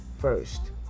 First